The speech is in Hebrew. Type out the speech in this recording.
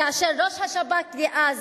כאשר ראש השב"כ דאז,